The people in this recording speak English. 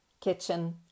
kitchen